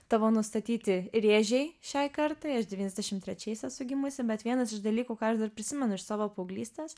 tavo nustatyti rėžiai šiai kartai devyniasdešim trečiais esu gimusi bet vienas iš dalykų ką aš dar prisimenu iš savo paauglystės